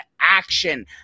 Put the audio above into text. action